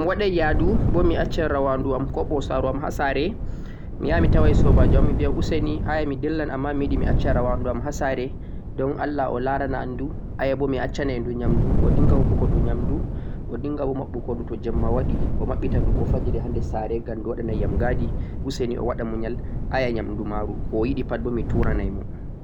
to mi waɗay yaadu bo mi accan rawanndu am, koɓo'saru am ha saare, mi yaha mi taway soobaajo am mibiya useni aya mi dillay ammaa mi yiɗi mi acca rawnadu am ha saare, ɗon Allah o laari na am du, aya bo mi acca nay ndu nyaamndu o dinnga hokku go ɗum nyaamndu, ko dinnga bo maɓɓugo ɗum to jeemma waɗi, o maɓɓita ndu bo farija ha nder saare, ngam du waɗa nay yam ga'di, useni o waɗa muyal, aya nyaamndu ma'ru ko o yiɗi pat bo mi turanay mo.